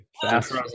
Fast